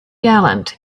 gallant